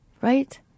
right